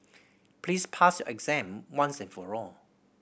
please pass your exam once and for all